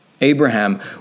Abraham